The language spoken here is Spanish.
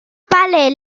vale